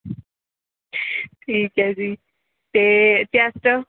ਠੀਕ ਹੈ ਜੀ ਅਤੇ ਚੈਸਟ